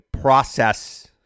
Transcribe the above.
process